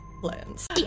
plans